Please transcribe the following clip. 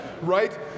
right